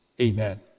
Amen